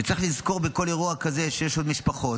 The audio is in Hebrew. וצריך לזכור שבכל אירוע כזה שיש עוד משפחות,